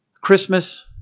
Christmas